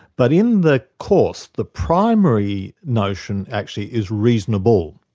but in the course, the primary notion actually is reasonable,